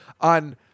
on